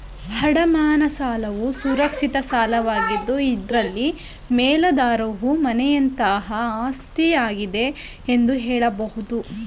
ಅಡಮಾನ ಸಾಲವು ಸುರಕ್ಷಿತ ಸಾಲವಾಗಿದೆ ಇದ್ರಲ್ಲಿ ಮೇಲಾಧಾರವು ಮನೆಯಂತಹ ಆಸ್ತಿಯಾಗಿದೆ ಎಂದು ಹೇಳಬಹುದು